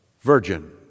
virgin